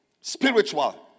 spiritual